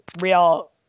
real